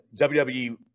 WWE